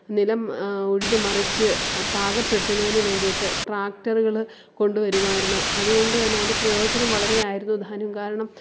നിലം ഉഴുതുമറിച്ച് പാകപ്പെടുത്തുന്നതിന് വേണ്ടിയിട്ട് ട്രാക്ടറുകൾ കൊണ്ടുവരുമായിരുന്നു അതുകൊണ്ട് തന്നെ അതിൻ്റെ പ്രയോജനം വളരെ ആയിരുന്നുതാനും കാരണം